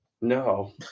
No